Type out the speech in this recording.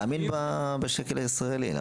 תאמין בשקל הישראלי.